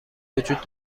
وجود